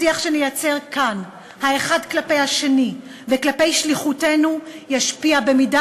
השיח שנייצר כאן האחד כלפי השני וכלפי שליחותנו ישפיע במידה